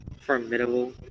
Formidable